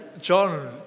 John